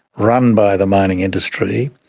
run by the mining industry,